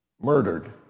murdered